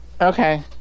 Okay